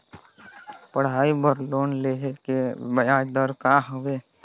पढ़ाई बर लोन लेहे के ब्याज दर का हवे?